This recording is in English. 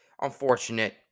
Unfortunate